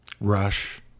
Rush